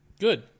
Good